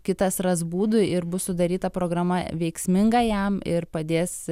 kitas ras būdų ir bus sudaryta programa veiksminga jam ir padės